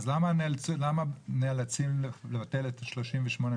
אז למה נאלצים לבטל את תמ"א 38?